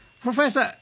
Professor